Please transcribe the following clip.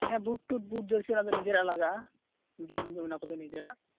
ᱦᱮᱸ ᱵᱩᱴ ᱛᱩᱴ ᱵᱩᱴ ᱫᱚ ᱱᱤᱡᱮᱨᱟᱜ ᱜᱮ ᱞᱟᱜᱟᱜᱼᱟ ᱡᱚᱢ ᱧᱩ ᱚᱱᱟ ᱠᱚᱫᱚ ᱱᱤᱜᱮᱨᱟᱜ